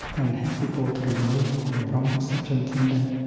and help people to remove the wrong perceptions in them